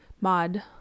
mod